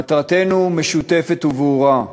מטרתנו משותפת וברורה: